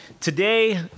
today